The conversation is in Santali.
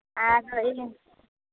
ᱟᱨ ᱤᱭᱟᱹ